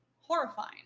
horrifying